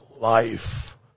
life